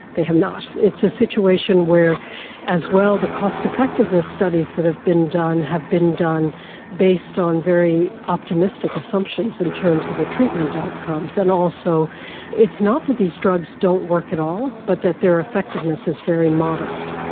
they have not. it's a situation where as well the cost effectiveness studies that have been done has been done based on very optimistic assumptions in terms of the treatment outcomes, and also it's not that these drugs don't work at all, but that their effectiveness is very modest.